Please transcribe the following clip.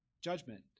judgment